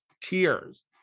Tears